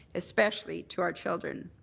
especially to our children.